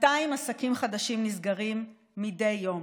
200 עסקים חדשים נסגרים מדי יום,